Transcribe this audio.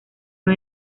una